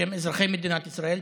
שהן של אזרחי מדינת ישראל?